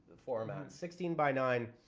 formats sixteen by nine